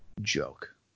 joke